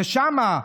ושם,